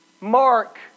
Mark